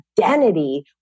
identity